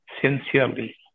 sincerely